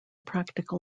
practical